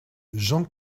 jean